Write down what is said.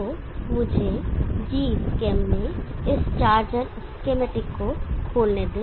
तो मुझे gSchem में इस चार्जर एसकेमैटिक को खोलने दें